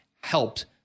helped